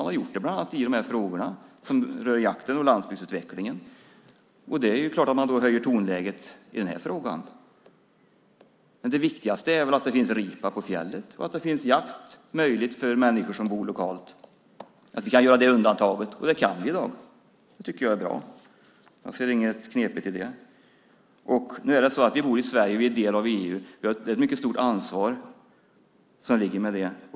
Man har gjort det bland annat på frågor som rör jakten och landsbygdsutvecklingen. Det är klart att man då höjer tonen i den här frågan. Det viktigaste är väl att det finns ripa på fjället, att det är möjligt med jakt för människor som bor lokalt och att vi kan göra det undantaget. Det kan vi i dag. Det tycker jag är bra. Jag ser inte något konstigt i det. Vi bor i Sverige. Vi är en del av EU. Vi har ett mycket stort ansvar.